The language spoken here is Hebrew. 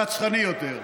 רצחני יותר.